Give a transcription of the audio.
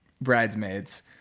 bridesmaids